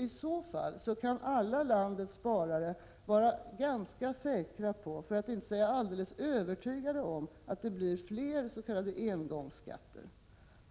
I så fall kan alla landets sparare vara ganska säkra på, för att inte säga alldeles övertygade om, att det blir fler s.k. engångsskatter.